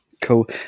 cool